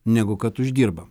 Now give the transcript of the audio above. negu kad uždirbam